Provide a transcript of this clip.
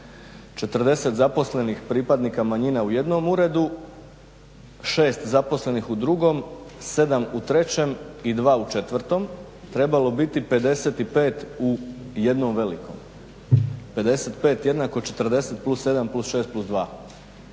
40 zaposlenih pripadnika nacionalnih manjina u jednom uredu 6 zaposlenih u drugom, 7 u trećem i 2 u četvrtom trebalo biti 55 u jednom velikom. 55 jednako 40+7+6+2